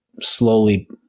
slowly